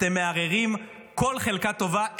אתם מערערים כל חלקה טובה.